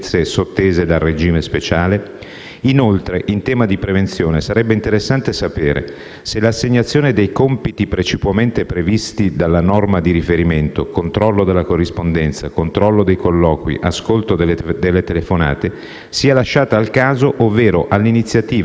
Inoltre, in tema di prevenzione, sarebbe interessante sapere se l'assegnazione dei compiti precipuamente previsti dalla norma di riferimento (controllo della corrispondenza, controllo dei colloqui, ascolto delle telefonate) sia lasciata al caso ovvero all'iniziativa e volontà dei singoli direttori di istituto,